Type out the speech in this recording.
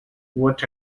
what